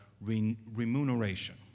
remuneration